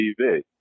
TV